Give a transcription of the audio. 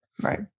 Right